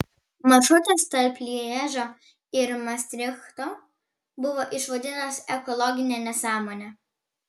maršrutas tarp lježo ir mastrichto buvo išvadintas ekologine nesąmone